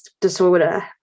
disorder